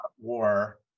war